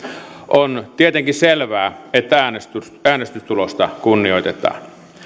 on tietenkin selvää että äänestystulosta kunnioitetaan